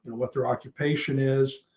what their occupation is